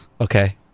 Okay